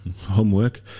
homework